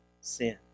sin